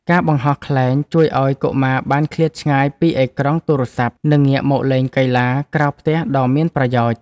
ការបង្ហោះខ្លែងជួយឱ្យកុមារបានឃ្លាតឆ្ងាយពីអេក្រង់ទូរស័ព្ទ និងងាកមកលេងកីឡាក្រៅផ្ទះដ៏មានប្រយោជន៍។